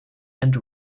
and